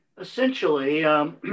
Essentially